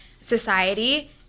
society